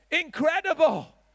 incredible